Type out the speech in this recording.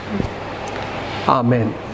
Amen